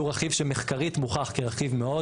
שהוא רכיב שמחקרית מוכח כרכיב מאוד